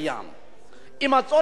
אם הצורך הזה קיים,